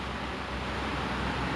true ture